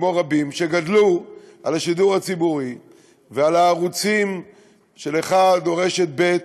כמו רבים שגדלו על השידור הציבורי ועל ערוץ 1 או רשת ב',